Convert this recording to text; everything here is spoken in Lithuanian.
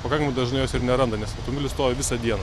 pakankamai dažnai jos ir neranda nes tunelis stovi visą dieną